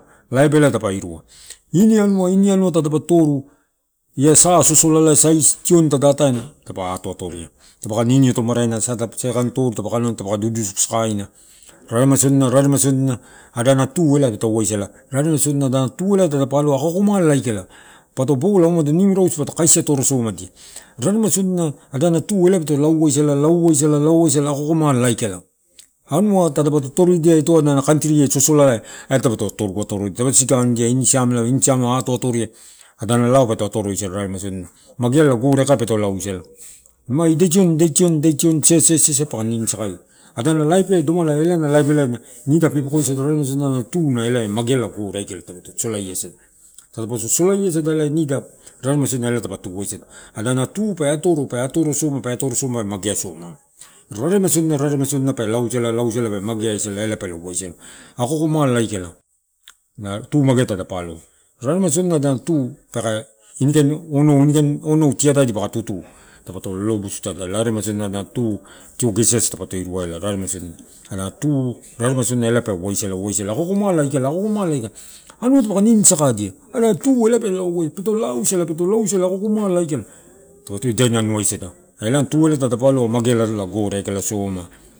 Laip elae dapa irua, ini anua, ini anua toru ia, sa, sosolalai sai tioni tuda atea ena dapa ato atoria, dapaka niniotomaraina, sai kain toru tadapa aloina, dapaka duduku sakaina, raremain sodina, raremai sodina adana tu elae peto waisala. Raremai sodina ada tu eh tadapa aloa, akoakomala, aikala, pato bola nimu anua rausu akoakomala ika. ra-remaisodina da tu peto lao wasala, lao wasala, lao wasala akoakomala aika. Anua tadapato toridia ito ada kantiri sololadai elai dupoto totoru atorodia, dapa siganidia nini iam, atoatoria, adana lao peto atoroisala raremai sodina, magealai gore aikai peto lauasala. Ma ida tioni, ida tioni se, se, se, se, paka nini sakaia, ada laipia, domala nida pepekosada, nalo tu elae magealala gore aika dapoto solaida salada, nida raremainsodina tu pe atoroi pe atorosoma pe mageasoma raremaisodina raremai sodina pe atorosoma pe mageasoma raremaisodina raremaisodina pe lauisala, lauisala, mageaisala elaepelo aisala akoakomala aika, na tu magea tadapa aloa. Raremaisodina ada tu peke, ini kain onou, ini kain onou tiada dipaka tutu, dapato lolobusuisada raremaisodina tutu, tio, gesi, asu dapoto iruaela elae tuna ela pe lauaisala ako ako mala aika anua paka ninisakadi ena tu elai peto lauasala peto lauisala ako akomala aika, dapato idain aloaisada, nalo mageala gore aikasoma.